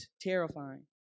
terrifying